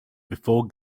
before